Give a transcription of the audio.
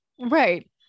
right